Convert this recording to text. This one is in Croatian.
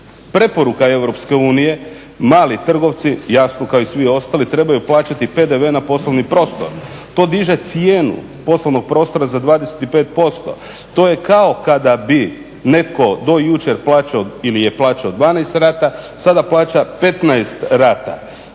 preporuka EU mali trgovci jasno kao i svi ostali trebaju plaćati PDV na poslovni prostor. To diže cijenu poslovnog prostora za 25%, to je kao kada bi netko do jučer plaćao ili je plaćao 12 rata, sada plaća 15 rada.